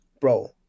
bro